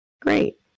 Great